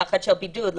פחד של בידוד.